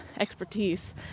expertise